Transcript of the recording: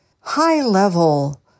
high-level